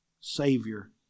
Savior